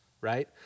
right